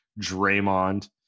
Draymond